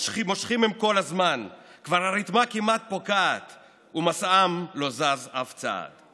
מושכים הם כל הזמן / כבר הרתמה כמעט פוקעת / ומשאם לא זז אף צעד /